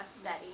study